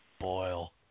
Boil